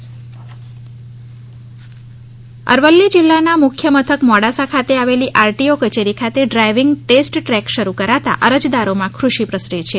driving test track Aravalli જિલ્લાના મુખ્ય મથક મોડાસા ખાતે આવેલી આરટીઓ કચેરી ખાતે ડ્રાઈવિંગ ટેસ્ટ ટ્રેક શરૂ કરાતા અરજદારોમાં ખુશી પ્રસરી છે